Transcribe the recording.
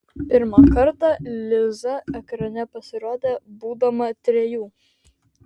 pirmą kartą liza ekrane pasirodė būdama trejų